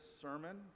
sermon